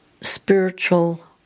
spiritual